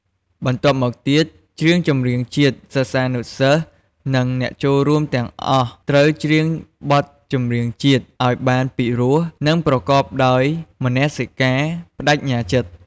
បន្ទាប់មកទៀត ច្រៀងចម្រៀងជាតិ សិស្សានុសិស្ស និងអ្នកចូលរួមទាំងអស់ត្រូវ ច្រៀងបទចម្រៀងជាតិ ឲ្យបានពីរោះ និងប្រកបដោយមនសិការ ប្ដេជ្ញាចិត្ត។